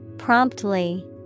Promptly